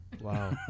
wow